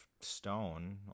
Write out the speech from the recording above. stone